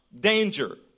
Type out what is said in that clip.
danger